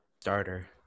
starter